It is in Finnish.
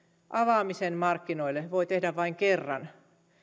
avaamisen markkinoille voi tehdä vain kerran